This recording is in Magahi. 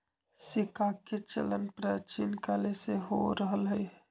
सिक्काके चलन प्राचीन काले से हो रहल हइ